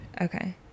Okay